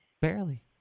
Barely